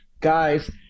guys